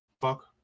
Fuck